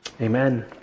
Amen